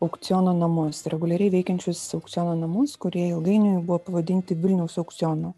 aukciono namus reguliariai veikiančius aukciono namus kurie ilgainiui buvo pavadinti vilniaus aukcionu